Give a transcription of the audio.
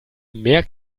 mehr